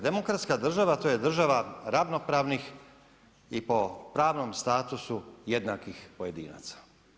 Demokratska država to je država ravnopravnih i po pravnom statusu jednakih pojedinaca.